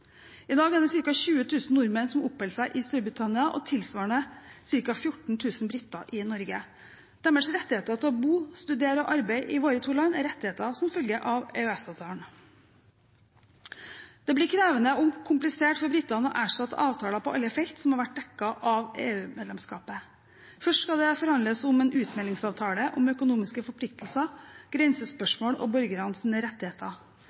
I dag er det ca. 20 000 nordmenn som oppholder seg i Storbritannia, og tilsvarende ca. 14 000 briter i Norge. Deres rettigheter til å bo, studere og arbeide i våre to land er rettigheter som følger av EØS-avtalen. Det blir krevende og komplisert for britene å erstatte avtaler på alle felt som har vært dekket av EU-medlemskapet. Først skal det forhandles om en utmeldingsavtale, om økonomiske forpliktelser, grensespørsmål og borgernes rettigheter,